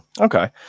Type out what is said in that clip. okay